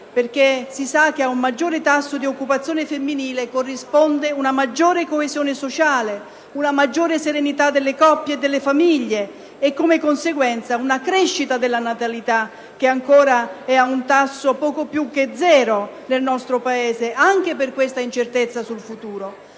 perché si sa che a un maggiore tasso di occupazione femminile corrisponde una maggiore coesione sociale, una maggiore serenità delle coppie e delle famiglie e, di conseguenza, una crescita della natalità, che è ancora a un tasso poco sopra lo zero nel nostro Paese, anche a causa dell'incertezza sul futuro.